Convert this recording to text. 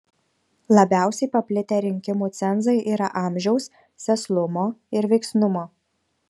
labiausiai paplitę rinkimų cenzai yra amžiaus sėslumo ir veiksnumo